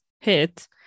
hit